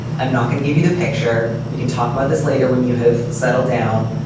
i'm not going to give you the picture. we can talk about this later when you have settled down.